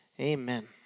Amen